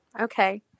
Okay